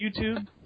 YouTube